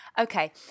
Okay